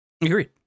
Agreed